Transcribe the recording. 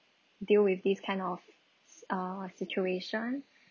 deal with this kind of err situation